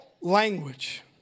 language